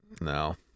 No